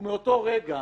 ומאותו רגע